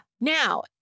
now